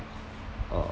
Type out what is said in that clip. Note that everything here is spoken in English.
uh